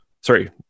sorry